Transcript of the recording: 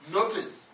Notice